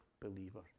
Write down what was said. believer